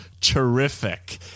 terrific